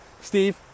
Steve